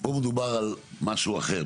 פה מדובר על משהו אחר.